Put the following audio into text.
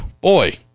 boy